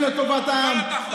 אנחנו מצביעים לטובת העם,